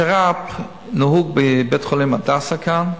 שר"פ נהוג בבית-החולים "הדסה" כאן,